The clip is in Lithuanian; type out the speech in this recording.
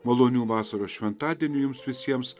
malonių vasaros šventadienių jums visiems